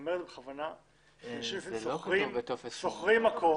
כתוב בטופס 8. שוכרים מקום.